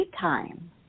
time